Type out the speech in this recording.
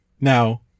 Now